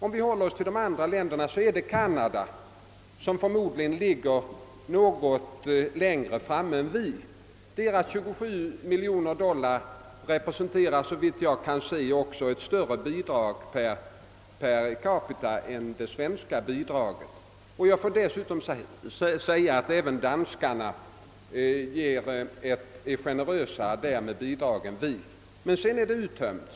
Om vi håller oss till de andra länderna, ligger förmodligen Kanada något längre framme än vi. Kanadas 27 miljoner dollar representerar, såvitt jag kan se, också ett större bidrag per capita än det svenska. Jag får dessutom säga att även danskarna därvidlag är generösare än vi. Men därefter är det uttömt.